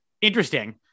interesting